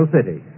City